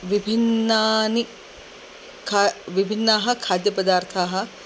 विभिन्नानि खा विभिन्नाः खाद्यपदार्थाः